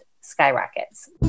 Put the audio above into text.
skyrockets